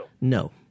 No